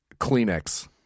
Kleenex